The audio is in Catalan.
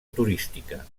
turística